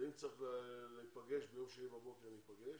אם צריך להיפגש ביום שני בבוקר, ניפגש.